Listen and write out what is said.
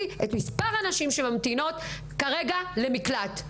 נתון של מספר הנשים שממתינות כרגע למקלט.